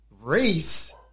race